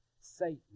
Satan